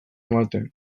ematen